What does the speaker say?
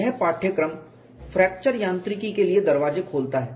यह पाठ्यक्रम फ्रैक्चर यांत्रिकी के लिए दरवाजे खोलता है